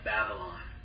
Babylon